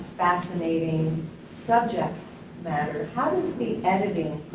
fascinating subject matter, how does the editing